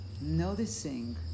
noticing